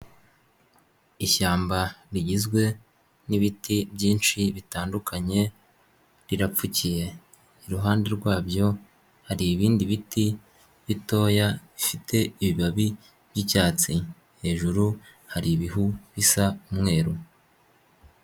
Ishyamba rigizwe n'ibiti byinshi bitandukanye rirapfukiye, iruhande rwabyo hari ibindi biti bitoya bifite ibibabi by'icyatsi, hejuru hari ibihu bisa umweru.